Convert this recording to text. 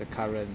the current